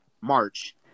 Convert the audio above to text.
March